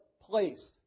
place